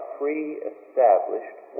pre-established